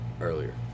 Earlier